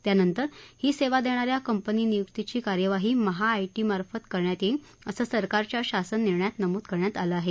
त्यानंतर ही सेवा देणार्या कंपनी नियुक्तीची कार्यवाही महाआयटीमार्फत करण्यात येईल असं सरकारच्या शासन निर्णयात नमूद करण्यात आलं आहे